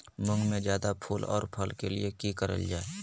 मुंग में जायदा फूल और फल के लिए की करल जाय?